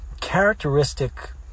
characteristic